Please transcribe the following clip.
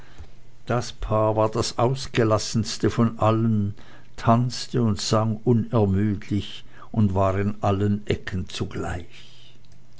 dies paar war das ausgelassenste von allen tanzte und sang unermüdlich und war in allen ecken zugleich